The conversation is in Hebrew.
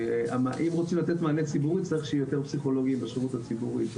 רוצים לתת מענה ציבורי צריך שיהיו יותר פסיכולוגים בשירות הציבורי.